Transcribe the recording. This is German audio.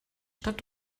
stadt